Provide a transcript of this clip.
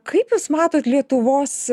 kaip jūs matot lietuvos